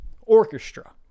Orchestra